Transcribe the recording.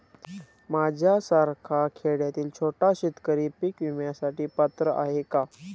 माझ्यासारखा खेड्यातील छोटा शेतकरी पीक विम्यासाठी पात्र आहे का?